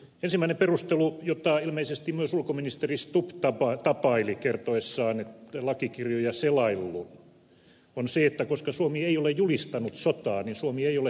ensimmäinen perustelu jota ilmeisesti myös ulkoministeri stubb tapaili kertoessaan että on lakikirjoja selaillut on se että koska suomi ei ole julistanut sotaa niin suomi ei ole sodassa